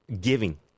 giving